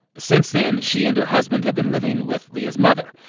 since then, she and her husband have been living with leah's mother.